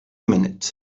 minute